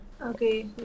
okay